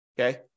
Okay